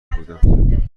بودم